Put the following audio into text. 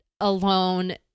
alone